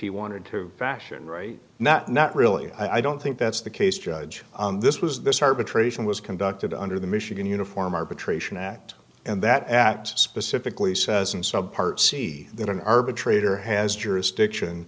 he wanted to fashion right now not really i don't think that's the case judge this was this arbitration was conducted under the michigan uniform arbitration act and that act specifically says i'm so see that an arbitrator has jurisdiction